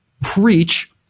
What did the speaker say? preach